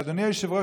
אדוני היושב-ראש,